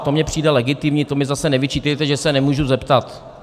To mi přijde legitimní, to mi zase nevyčítejte, že se nemůžu zeptat.